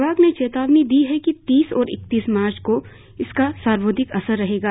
विभाग ने चेतावनी दी है कि तीस और इकतीस मार्च को इसका सर्वाधिक असर रहेगा